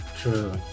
True